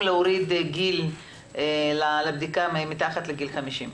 להוריד את גיל הבדיקה אל מתחת לגיל 50,